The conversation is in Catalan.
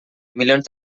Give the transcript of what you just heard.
milions